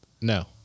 No